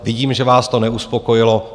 Vidím, že vás to neuspokojilo.